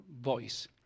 voice